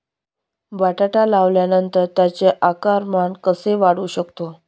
बटाटा लावल्यानंतर त्याचे आकारमान कसे वाढवू शकतो?